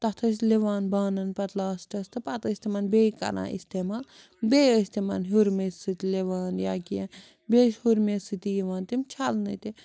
تَتھ ٲسۍ لِوان بانَن پَتہٕ لاسٹَس تہٕ پَتہٕ ٲسۍ تِمَن بیٚیہِ کَران استعمال بیٚیہِ ٲسۍ تِمَن ہُرِ میٚژِ سۭتۍ لِوان یا کیٚنٛہہ بیٚیہِ ٲسۍ ہُرِ میٚژِ سۭتی یِوان تِم چھَلنہٕ تہِ